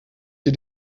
dir